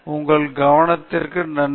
உங்கள் கவனத்திற்கு நன்றி